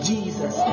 Jesus